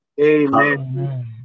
Amen